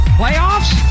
playoffs